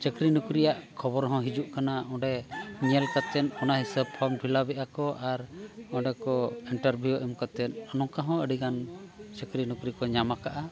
ᱪᱟᱹᱠᱨᱤ ᱱᱚᱠᱨᱤᱭᱟᱜ ᱠᱷᱚᱵᱚᱨ ᱦᱚᱸ ᱦᱤᱡᱩᱜ ᱠᱟᱱᱟ ᱚᱸᱰᱮ ᱧᱮᱞ ᱠᱟᱛᱮᱫ ᱚᱱᱟ ᱦᱤᱥᱟᱹᱵ ᱯᱷᱨᱚᱢ ᱯᱷᱤᱞᱟᱯᱮᱜᱼᱟ ᱠᱚ ᱟᱨ ᱚᱸᱰᱮ ᱠᱚ ᱤᱱᱴᱟᱨᱵᱷᱤᱭᱩ ᱮᱢ ᱠᱟᱛᱮᱫ ᱱᱚᱝᱠᱟ ᱦᱚᱸ ᱟᱹᱰᱤᱜᱟᱱ ᱪᱟᱹᱠᱨᱤ ᱱᱚᱠᱨᱤ ᱠᱚ ᱧᱟᱢ ᱠᱟᱜᱼᱟ